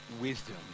wisdom